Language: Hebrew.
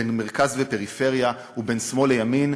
בין מרכז לפריפריה ובין שמאל לימין,